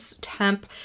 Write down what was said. temp